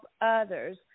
others